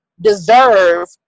deserve